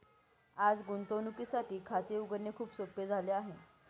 आज गुंतवणुकीसाठी खाते उघडणे खूप सोपे झाले आहे